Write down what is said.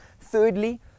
Thirdly